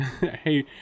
Hey